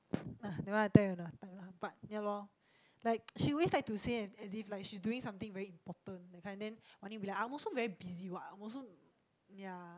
ugh that one I tell you another time lah but yeah like she always like to say as if like she's doing something very important that kind of thing then Wan-Ning will be like I'm also very busy [what] I'm also yeah